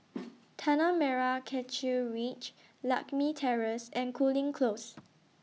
Tanah Merah Kechil Ridge Lakme Terrace and Cooling Close